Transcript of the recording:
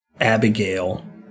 Abigail